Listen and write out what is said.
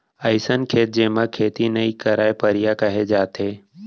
अइसन खेत जेमा खेती नइ करयँ परिया कहे जाथे